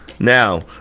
Now